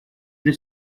для